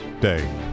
Day